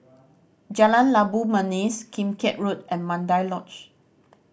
Jalan Labu Manis Kim Keat Road and Mandai Lodge